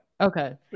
Okay